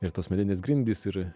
ir tos medinės grindys ir